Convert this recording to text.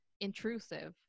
intrusive